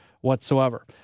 whatsoever